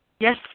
Yes